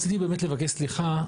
רציתי באמת לבקש סליחה,